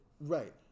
right